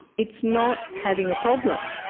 it's not having a problem.